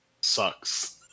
sucks